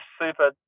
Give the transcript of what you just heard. super